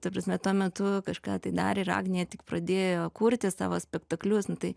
ta prasme tuo metu kažką tai darė ir agnė tik pradėjo kurti savo spektaklius nu tai